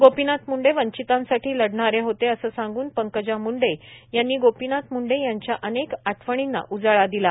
गोपीनाथ म्ंडे वंचितांसाठी लढणारे होते असं सांगून पंकजा म्ंडे यांनी गोपीनाथ मुंडे यांच्या अनेक आठवणींना उजाळा दिला